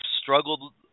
struggled